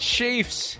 Chiefs